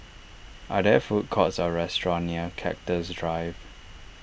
are there food courts or restaurants near Cactus Drive